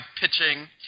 pitching